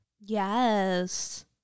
Yes